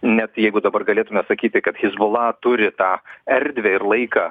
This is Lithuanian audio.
net jeigu dabar galėtume sakyti kad hizbula turi tą erdvę ir laiką